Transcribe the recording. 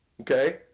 okay